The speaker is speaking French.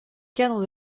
cadre